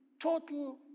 total